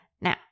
now